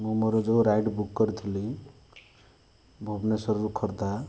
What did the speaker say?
ମୁଁ ମୋର ଯେଉଁ ରାଇଡ଼୍ ବୁକ୍ କରିଥିଲି ଭୁବନେଶ୍ବରରୁ ଖୋର୍ଦ୍ଧା